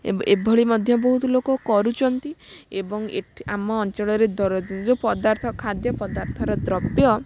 ଏବ ଏଭଳି ମଧ୍ୟ ବହୁତ ଲୋକ କରୁଛନ୍ତି ଏବଂ ଏଠି ଆମ ଅଞ୍ଚଳରେ ଦର ଯେଉଁ ପଦାର୍ଥ ଖାଦ୍ୟ ପଦାର୍ଥର ଦ୍ରବ୍ୟ